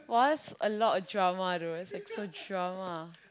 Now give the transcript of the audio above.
!wah! that's a lot of drama though that's like so drama